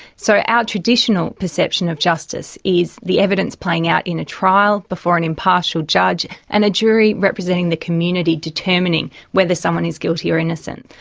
so our traditional perception of justice is the evidence playing out in a trial, before an impartial judge and a jury representing the community determining whether someone is guilty or innocent.